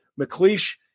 McLeish